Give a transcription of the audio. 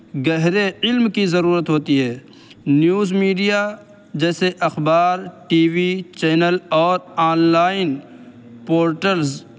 گہرے علم کی ضرورت ہوتی ہے نیوز میڈیا جیسے اخبار ٹی وی چینل اور آنلائن پورٹلز